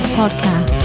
podcast